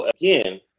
again